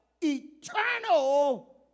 eternal